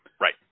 Right